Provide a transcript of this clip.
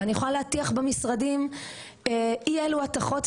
ואני יכולה להטיח במשרדים אי אילו הטחות,